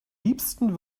liebsten